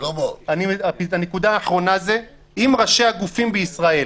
6. אם ראשי הגופים בישראל,